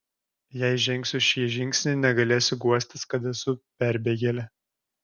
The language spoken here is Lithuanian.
jei žengsiu šį žingsnį negalėsiu guostis kad esu perbėgėlė